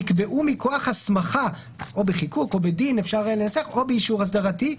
שנקבעו מכוח הסמכה או בחיקוק / בדין או באישור אסדרתי,